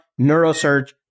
neurosurge